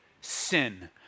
sin